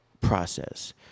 process